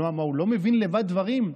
הוא לא מבין לבד דברים?